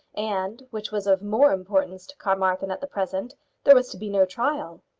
and which was of more importance to carmarthen at the present there was to be no trial!